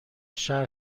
شهر